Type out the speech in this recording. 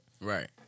Right